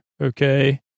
okay